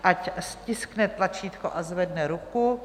Ať stiskne tlačítko a zvedne ruku.